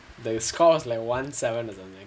the scores like one seven or something